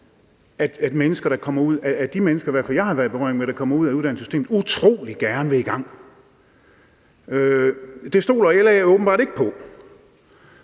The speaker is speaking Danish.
fald de mennesker, jeg har været i berøring med, der kommer ud af uddannelsessystemet, utrolig gerne vil i gang. Det stoler LA åbenbart ikke på.